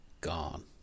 Gone